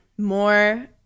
more